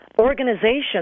organizations